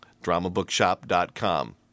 dramabookshop.com